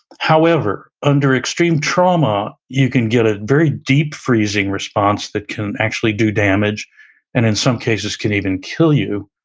however, under extreme trauma, you can get a very deep freezing response that can actually do damage and in some cases can even kill you.